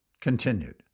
continued